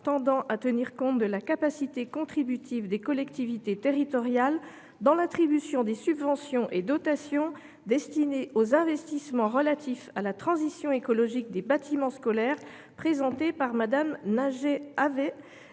tendant à tenir compte de la capacité contributive des collectivités territoriales dans l’attribution des subventions et dotations destinées aux investissements relatifs à la transition écologique des bâtiments scolaires (proposition n°